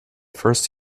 first